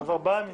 ארבעה ימים.